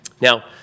Now